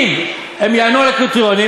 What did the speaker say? אם הם יענו על הקריטריונים,